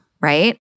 right